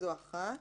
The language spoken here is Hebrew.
זאת אחת.